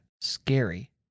scary